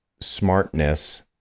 smartness